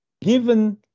given